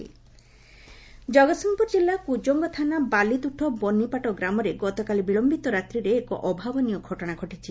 ଚାରି ମୂତ ଜଗତସିଂହପୁର ଜିଲ୍ଲା କୁଜଙ୍ଗ ଥାନା ବାଲିତୁଠ ବନୀପାଟ ଗ୍ରାମରେ ଗତକାଲି ବିଳମ୍ପିତ ରାତ୍ରିରେ ଏକ ଅଭାବନୀୟ ଘଟଣା ଘଟିଛି